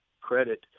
credit